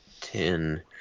ten